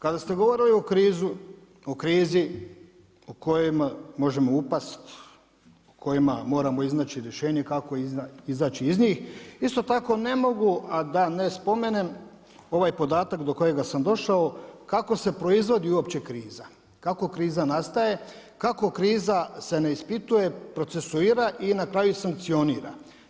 Kada ste govorili o krizama u kojima možemo upasti, u kojima moramo iznaći rješenje kako izaći iz njih, isto tako ne mogu a da ne spomenem ovaj podatak do kojega sam došao, kako se proizvodi uopće kriza, kako kriza nastaje, kako kriza se ne ispituje, procesuira i na kraju sankcionira.